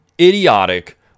idiotic